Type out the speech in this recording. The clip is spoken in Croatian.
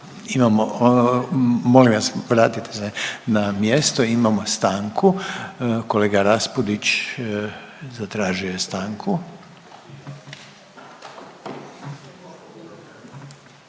Imamo, molim vas vratite se na mjesto. Imamo stanku. Kolega Raspudić zatražio je stanku.